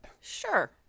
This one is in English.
Sure